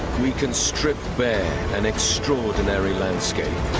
we can strip bare an extraordinary landscape.